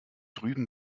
drüben